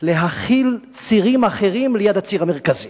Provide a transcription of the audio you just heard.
להכיל צירים אחרים ליד הציר המרכזי.